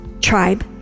tribe